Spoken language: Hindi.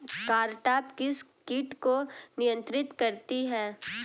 कारटाप किस किट को नियंत्रित करती है?